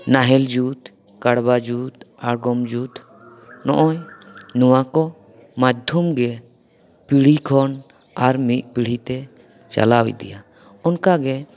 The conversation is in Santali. ᱱᱟᱦᱮᱞ ᱡᱩᱛ ᱠᱟᱲᱵᱟ ᱡᱩᱛ ᱟᱲᱜᱚᱢ ᱡᱩᱛ ᱱᱚᱜᱼᱚᱭ ᱱᱚᱣᱟ ᱠᱚ ᱢᱟᱫᱽᱫᱷᱚᱢ ᱜᱮ ᱯᱤᱲᱦᱤ ᱠᱷᱚᱱ ᱟᱨ ᱢᱤᱫ ᱯᱤᱲᱦᱤᱛᱮ ᱪᱟᱞᱟᱣ ᱤᱫᱤᱜᱼᱟ ᱚᱱᱠᱟ ᱜᱮ